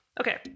okay